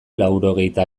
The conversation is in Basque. laurogeita